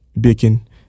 bacon